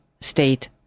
state